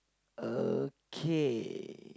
okay